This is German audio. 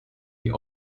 die